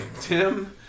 Tim